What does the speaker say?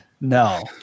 no